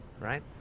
right